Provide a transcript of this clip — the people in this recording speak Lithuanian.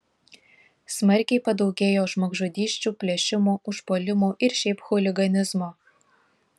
smarkiai padaugėjo žmogžudysčių plėšimų užpuolimų ir šiaip chuliganizmo